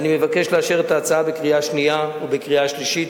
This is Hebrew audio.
ואני מבקש לאשר אותה בקריאה שנייה ובקריאה שלישית.